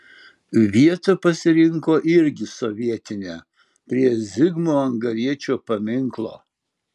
vietą pasirinko irgi sovietinę prie zigmo angariečio paminklo